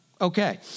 okay